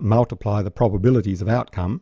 multiply the probabilities of outcome,